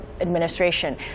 administration